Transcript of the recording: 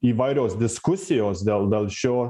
įvairios diskusijos dėl dėl šio